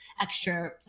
extra